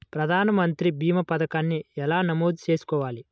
ప్రధాన మంత్రి భీమా పతకాన్ని ఎలా నమోదు చేసుకోవాలి?